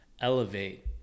elevate